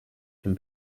can